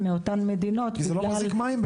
מאותן מדינות בגלל --- כי זה באמת לא מחזיק מים.